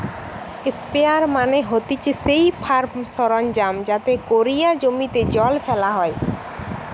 sprayer মানে হতিছে সেই ফার্ম সরঞ্জাম যাতে কোরিয়া জমিতে জল ফেলা হয়